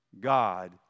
God